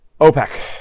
OPEC